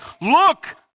look